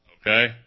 okay